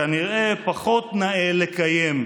כנראה פחות נאה לקיים.